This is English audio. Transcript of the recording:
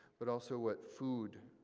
but also what food